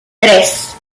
tres